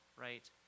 right